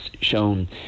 shown